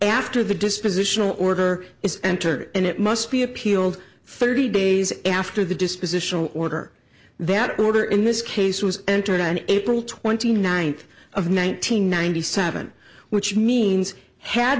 after the dispositional order is entered and it must be appealed thirty days after the dispositional order that order in this case was entered on april twenty ninth of nine hundred ninety seven which means had